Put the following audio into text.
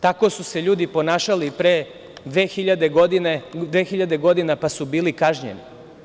Tako su se ljudi ponašali pre dve hiljade godina, pa su bili kažnjeni.